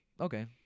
Okay